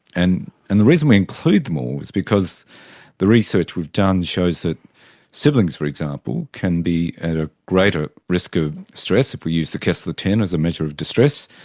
and and the reason we include them all is because the research we've done shows that siblings, for example, can be at a greater risk of stress, if we use the kessler ten as a measure of distress.